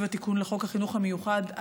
סביב התיקון לחוק החינוך המיוחד,